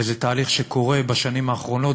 וזה תהליך שקורה בשנים האחרונות,